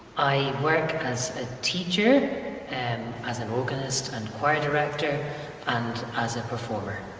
i work as a teacher and as an organist and choir director and as a performer.